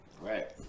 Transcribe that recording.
Right